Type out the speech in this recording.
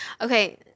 Okay